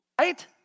Right